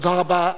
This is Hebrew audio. תודה רבה.